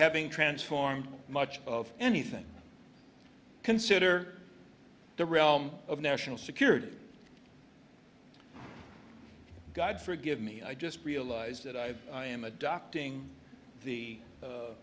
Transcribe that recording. having transformed much of anything consider the realm of national security god forgive me i just realized that i am adopting the